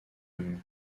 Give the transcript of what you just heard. ligne